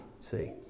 see